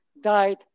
died